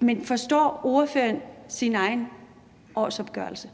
Men forstår ordføreren sin egen årsopgørelse?